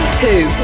two